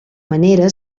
manera